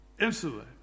instantly